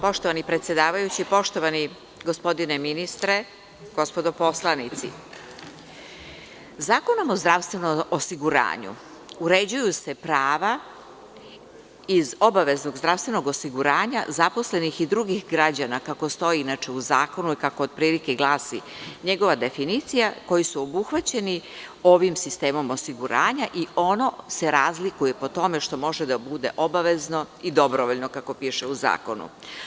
Poštovani predsedavajući, poštovani gospodine ministre, gospodo poslanici, Zakonom o zdravstvenom osiguranju uređuju se prava iz obaveznog zdravstvenog osiguranja zaposlenih i drugih građana kako stoji inače u zakonu, kako otprilike glasi njegova definicija koje su obuhvaćeni ovim sistemom osiguranja i ono se razlikuje po tome što može da bude obavezno i dobrovoljno kako piše u zakonu.